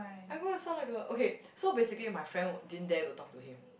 I gonna sound like a okay so basically my friend didn't dare to talk to him